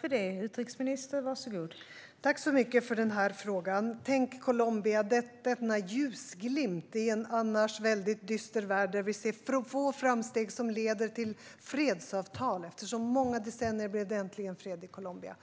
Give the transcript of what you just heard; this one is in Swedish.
Fru talman! Jag tackar så mycket för frågan. Tänk, Colombia - denna ljusglimt i en annars väldigt dyster värld där vi ser få framsteg som leder till fredsavtal! Efter så många decennier blev det äntligen fred i Colombia.